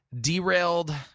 Derailed